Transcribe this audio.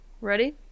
Ready